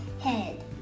head